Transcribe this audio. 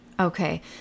Okay